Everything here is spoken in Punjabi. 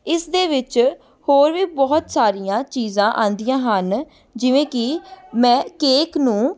ਇਸ ਦੇ ਵਿੱਚ ਹੋਰ ਵੀ ਬਹੁਤ ਸਾਰੀਆਂ ਚੀਜ਼ਾਂ ਆਉਂਦੀਆਂ ਹਨ ਜਿਵੇਂ ਕਿ ਮੈਂ ਕੇਕ ਨੂੰ